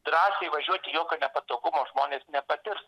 drąsiai važiuoti jokio nepatogumo žmonės nepatirs